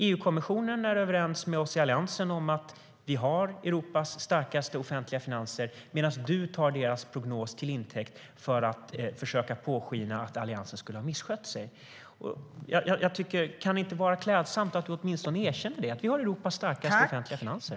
EU-kommissionen är överens med oss i Alliansen om att vi har Europas starkaste offentliga finanser, medan Magdalena Andersson tar deras prognos till intäkt för att försöka påskina att Alliansen skulle ha misskött sig. Kan det inte vara klädsamt att erkänna att vi har Europas starkaste offentliga finanser?